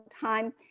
time